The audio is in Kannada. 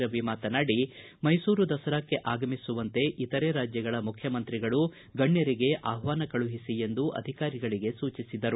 ರವಿ ಮಾತನಾಡಿ ಮೈಸೂರು ದಸರಾಕ್ಷೆ ಆಗಮಿಸುವಂತೆ ಇತರೆ ರಾಜ್ಯಗಳ ಮುಖ್ಯಮಂತ್ರಿಗಳು ಗಣ್ಣರಿಗೆ ಆಹ್ಲಾನ ಕಳುಹಿಸಿ ಎಂದು ಅಧಿಕಾರಿಗಳಿಗೆ ಸೂಚಿಸಿದರು